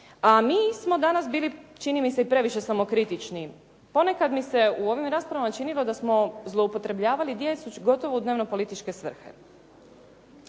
a mi smo danas bili čini mi se i previše samokritični. Ponekad mi se u ovim raspravama činilo da smo zloupotrebljavali djecu gotovo u dnevno političke svrhe.